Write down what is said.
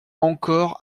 encore